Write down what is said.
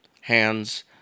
hands